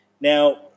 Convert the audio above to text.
now